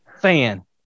fan